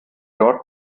dort